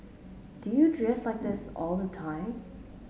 do you dress like this all the time